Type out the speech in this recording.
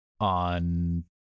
on